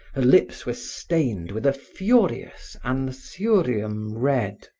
her lips were stained with a furious anthurium red.